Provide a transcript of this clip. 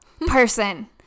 person